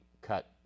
cut